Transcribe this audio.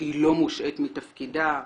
שהיא לא מושעית מתפקידה,